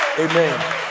Amen